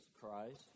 Christ